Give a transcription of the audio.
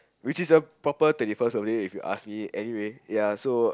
which is a proper twenty first away if you ask me anyway ya so